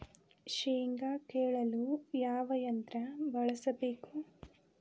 ಶೇಂಗಾ ಕೇಳಲು ಯಾವ ಯಂತ್ರ ಬಳಸಬೇಕು?